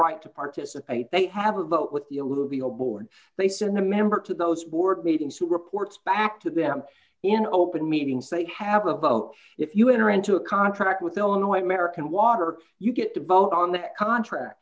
right to participate they have a vote with the a little below board they send the member to those board meetings who reports back to them in open meetings they have a vote if you enter into a contract with illinois american water you get to vote on that contract